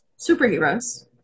superheroes